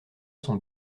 son